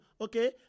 Okay